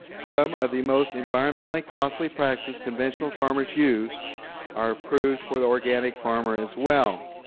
some of the most environmentally costly practices conventional farmers use are approved for the organ ic farmer as well.